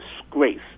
disgrace